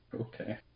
Okay